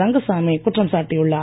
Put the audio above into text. ரங்கசாமி குற்றம் சாட்டியுள்ளார்